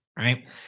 right